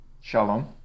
Shalom